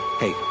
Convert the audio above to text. hey